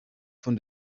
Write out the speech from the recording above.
von